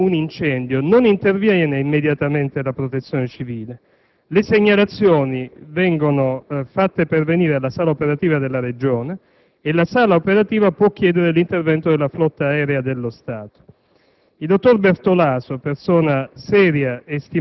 In base a questa legge, se c'è un incendio non interviene immediatamente la Protezione civile: le segnalazioni vengono fatte pervenire alla sala operativa della Regione, che può chiedere l'intervento della flotta aerea dello Stato.